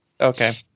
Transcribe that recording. Okay